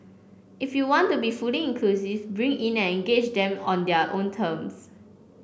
if you want to be fully inclusive bring in and engage them on their own terms